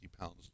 pounds